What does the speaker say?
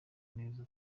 neza